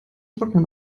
trocknen